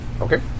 okay